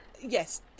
Yes